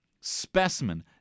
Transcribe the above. specimen